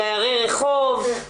דיירי רחוב?